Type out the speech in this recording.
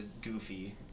goofy